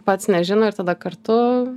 pats nežino ir tada kartu